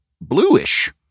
bluish